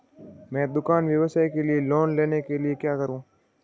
मैं दुकान व्यवसाय के लिए लोंन लेने के लिए क्या करूं?